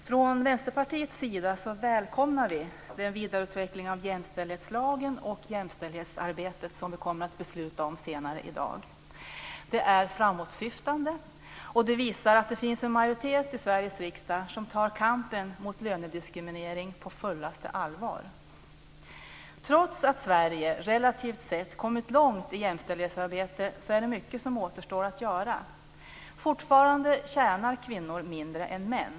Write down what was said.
Herr talman! Vi i Vänsterpartiet välkomnar den vidareutveckling av jämställdhetslagen och jämställdhetsarbetet som vi kommer att besluta om senare i dag. Det är framåtsyftande, och det visar att det finns en majoritet i Sveriges riksdag som tar kampen mot lönediskriminering på fullaste allvar. Trots att Sverige, relativt sett, kommit långt i jämställdhetsarbetet finns det mycket som återstår att göra. Fortfarande tjänar kvinnor mindre än män.